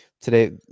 Today